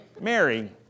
Mary